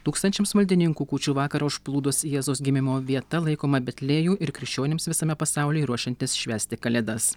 tūkstančiams maldininkų kūčių vakarą užplūdus jėzaus gimimo vieta laikomą betliejų ir krikščionims visame pasauly ruošiantis švęsti kalėdas